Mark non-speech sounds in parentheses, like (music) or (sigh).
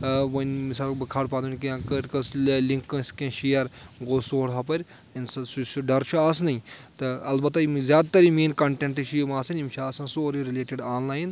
وۄنۍ مِثال بہٕ کھالہٕ پَنُن کینٛہہ کٔر کٲنٛسہِ لِنٛک کٲنٛسہِ کینٛہہ شِیَر گوٚو سون ہُپٲرۍ (unintelligible) سُہ سُہ ڈَر چھُ آسنٕے تہٕ البتہ یِم زیادٕ تَر یہِ میٲنۍ کَنٹؠنٛٹٔس چھِ یِم آسان یِم چھِ آسان سورُے رِلیٹِڈ آن لاین